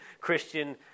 christian